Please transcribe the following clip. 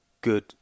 good